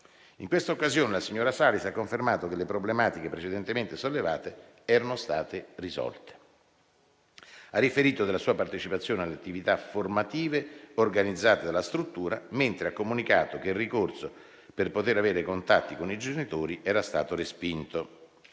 In questa occasione, la signora Salis ha confermato che le problematiche precedentemente sollevate erano state risolte. Ha riferito della sua partecipazione ad attività formative organizzate dalla struttura, mentre ha comunicato che il ricorso per poter avere contatti con i genitori era stato respinto.